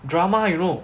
drama you know